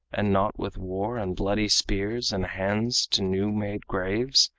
and not with war and bloody spears and hands to new-made graves,